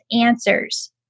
answers